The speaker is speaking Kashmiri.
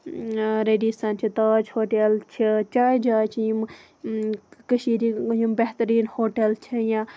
ریٚڈِسَن چھُ زَن تاج ہوٹَل چھُ چاے جاے چھِ کٔشیٖر ہٕنٛد یِم بہتریٖن ہوٹَل چھِ یا